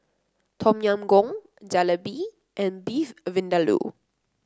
Tom Yam Goong Jalebi and Beef Vindaloo